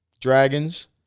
dragons